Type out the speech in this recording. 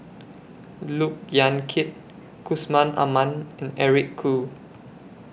Look Yan Kit Yusman Aman and Eric Khoo